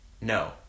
no